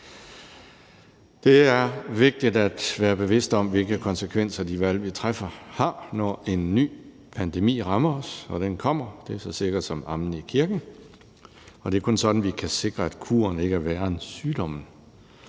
Det er vigtigt at være bevidst om, hvilke konsekvenser de valg, vi træffer, har, når en ny pandemi rammer os. Og den kommer; det er så sikkert som amen i kirken. Det er kun sådan, vi kan sikre, at kuren ikke er værre end sygdommen.